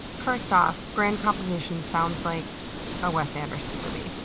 first off, grande complication sounds like a wes anderson movie.